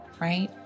right